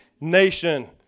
nation